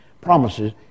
promises